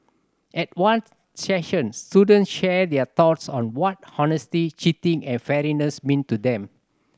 at one session students shared their thoughts on what honesty cheating and fairness mean to them